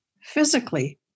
physically